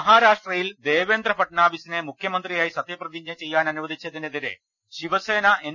മഹാരാഷ്ട്രയിൽ ദേവേന്ദ്രഫഡ്നാവിസിനെ മുഖ്യമന്ത്രിയായി സത്യ പ്രതിജ്ഞ ചെയ്യാൻ അനുവദിച്ചതിനെതിരെ ശിവസേന എൻ